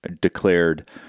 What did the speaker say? declared